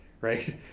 Right